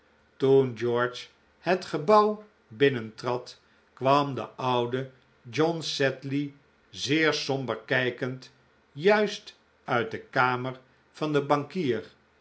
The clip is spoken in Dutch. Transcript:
toen george het gebouw binnentrad kwam de oude john sedley zeer somber kijkend juist uit de kamer van den bankier